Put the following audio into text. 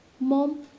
Mom